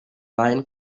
lion